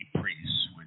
priests